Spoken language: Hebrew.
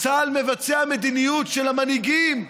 צה"ל מבצע מדיניות של המנהיגים,